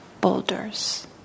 boulders